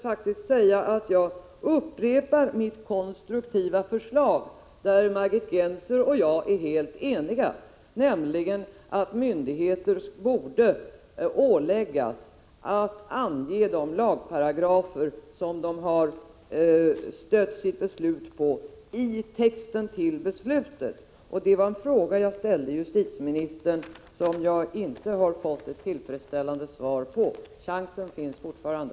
Jag måste då upprepa mitt konstruktiva förslag, som Margit Gennser och jag är helt eniga om, nämligen att myndigheter borde åläggas att i texten till besluten ange de lagparagrafer som de har stött sina beslut på. På den punkten ställde jag en fråga till justitieministern som jag inte har fått ett tillfredsställande svar på — chansen finns fortfarande.